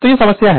तो यह समस्या है